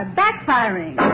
backfiring